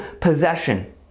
possession